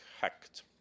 hacked